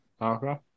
Okay